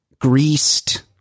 greased